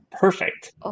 perfect